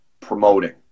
promoting